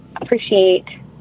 appreciate